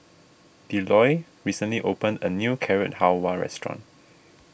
Delois recently opened a new Carrot Halwa restaurant